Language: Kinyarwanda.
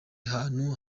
hantu